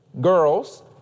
girls